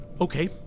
Okay